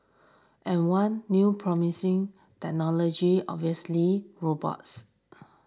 and one new promising technology obviously robots